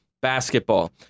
basketball